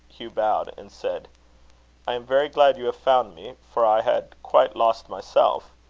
hugh bowed, and said i am very glad you have found me, for i had quite lost myself.